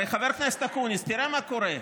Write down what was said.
הרי חבר הכנסת אקוניס, תראה מה קורה,